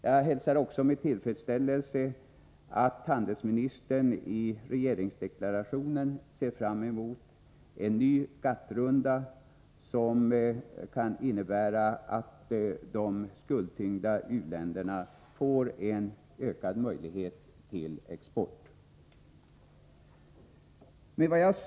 Jag hälsar med tillfredsställelse att handelsministern i regeringsdeklarationen ser fram emot en ny GATT-runda, som kan innebära att de skuldtyngda u-länderna får en ökad möjlighet till export. Fru talman!